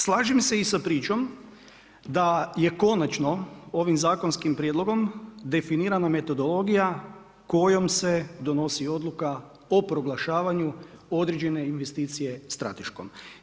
Slažem se i sa pričom da je konačno ovim zakonskim prijedlogom definirana metodologija kojom se donosi odluka o proglašavanju određene investicije strateškom.